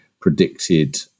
predicted